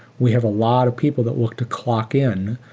we have a lot of people that look to clock-in.